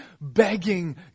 begging